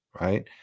right